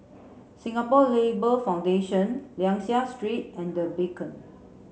Singapore Labour Foundation Liang Seah Street and The Beacon